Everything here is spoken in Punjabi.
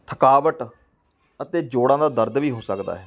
ਥਕਾਵਟ ਅਤੇ ਜੋੜਾਂ ਦਾ ਦਰਦ ਵੀ ਹੋ ਸਕਦਾ ਹੈ